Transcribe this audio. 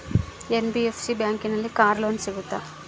NBFC ಬ್ಯಾಂಕಿನಲ್ಲಿ car loan ಸಿಗುತ್ತಾ?